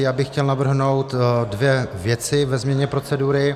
Já bych chtěl navrhnout dvě věci ve změně procedury.